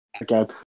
Again